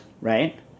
right